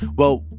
well,